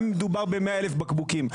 גם אם מדובר ב-100 אלף בקבוקים.